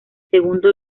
segundo